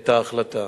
את ההחלטה.